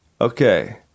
Okay